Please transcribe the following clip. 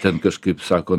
ten kažkaip sako